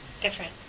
Different